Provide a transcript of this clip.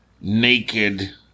naked